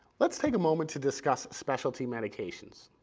let's take a moment to discuss specialty medications.